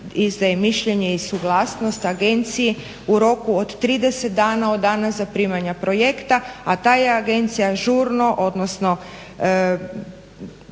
izdaje mišljenje i suglasnost agenciji u roku od 30 dana od dana zaprimanja projekta, a ta je agencija žurno, odnosno